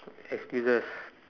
excuses